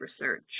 research